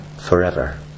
forever